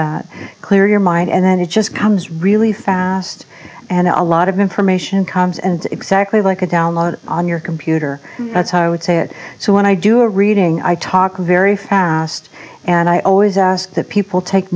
that clear your mind and then it just comes really fast and a lot of information comes and exactly like a download on your computer that's how i would say it so when i do a reading i talk i'm very fast and i always ask that people take